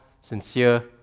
sincere